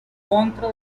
contra